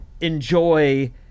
enjoy